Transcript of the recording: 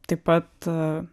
taip pat